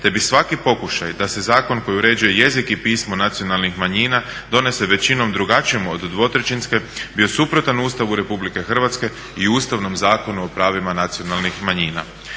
te bi svaki pokušaj da se zakon koji uređuje jezik i pismo nacionalnih manjina donese većinom drugačijom od dvotrećinske bio suprotan Ustavu RH i Ustavnom zakonu o pravima nacionalnih manjina.